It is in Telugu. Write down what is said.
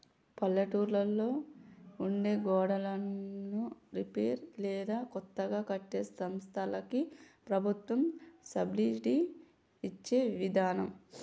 పల్లెటూళ్లలో ఉండే గోడన్లను రిపేర్ లేదా కొత్తగా కట్టే సంస్థలకి ప్రభుత్వం సబ్సిడి ఇచ్చే విదానం